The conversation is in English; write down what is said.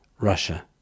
Russia